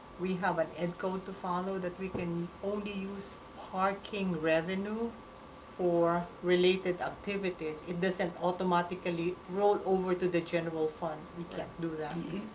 we have an n code to follow that we can only use parking revenue for related activities. it doesn't and automatically roll over to the general fund. we can't do that.